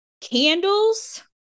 Candles